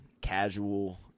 casual